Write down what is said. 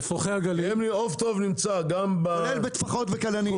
עוף טוב נמצא גם בתערובת, גם